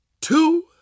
two